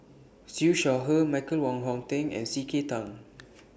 Siew Shaw Her Michael Wong Hong Teng and C K Tang